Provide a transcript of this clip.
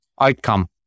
outcome